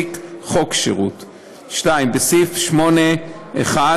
חוק שירות"; 2. בסעיף 8(1),